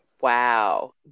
Wow